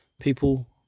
people